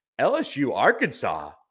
LSU-Arkansas